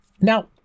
Now